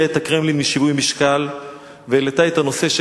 הוציאה את הקרמלין משיווי משקל והעלתה את הנושא,